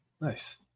nice